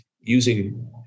using